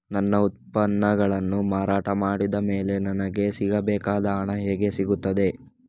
ನನ್ನ ಉತ್ಪನ್ನಗಳನ್ನು ಮಾರಾಟ ಮಾಡಿದ ಮೇಲೆ ನನಗೆ ಸಿಗಬೇಕಾದ ಹಣ ಹೇಗೆ ಸಿಗುತ್ತದೆ?